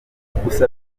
gusa